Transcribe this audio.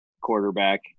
quarterback